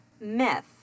Myth